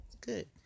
good